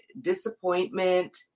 disappointment